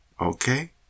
Okay